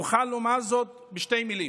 אוכל לומר זאת בשתי מילים: